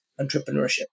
entrepreneurship